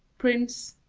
prince,